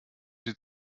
sie